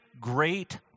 great